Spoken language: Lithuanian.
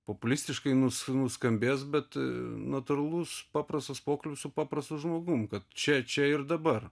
populistiškai nu nuskambės bet natūralus paprastas pokalbis su paprastu žmogum kad čia čia ir dabar